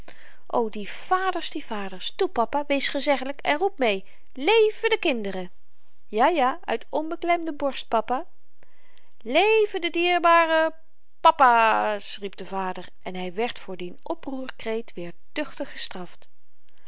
o die vaders die vaders toe papa wees gezeggelyk en roep mee leven de kinderen ja ja uit onbeklemde borst papa leven de dierbare papaas riep de vader en hy werd voor dien oproerkreet weer duchtig gestraft